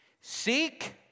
Seek